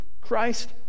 Christ